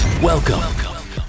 Welcome